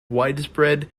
widespread